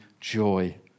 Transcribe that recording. joy